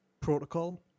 protocol